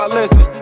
listen